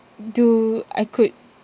do I could